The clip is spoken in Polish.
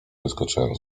wyskoczyłem